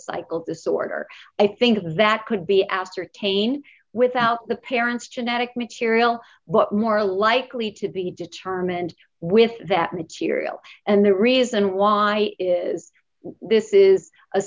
cycle disorder i think that could be ascertained without the parents genetic material but more likely to be determined with that material and the reason why is this is a